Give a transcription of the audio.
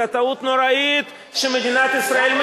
היתה טעות נוראית שמדינת ישראל,